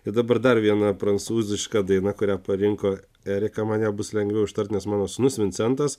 gi dabar dar viena prancūziška daina kurią parinko erika man ją bus lengviau ištarti nes mano sūnus vincentas